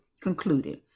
concluded